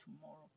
tomorrow